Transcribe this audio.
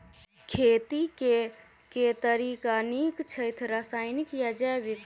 खेती केँ के तरीका नीक छथि, रासायनिक या जैविक?